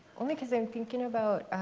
only because i'm thinking about